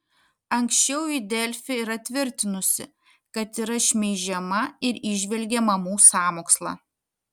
anksčiau ji delfi yra tvirtinusi kad yra šmeižiama ir įžvelgė mamų sąmokslą